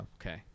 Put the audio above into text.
Okay